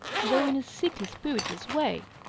though in a sickly, spiritless way.